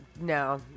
No